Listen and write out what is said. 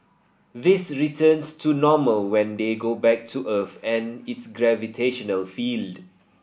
this returns to normal when they go back to Earth and its gravitational field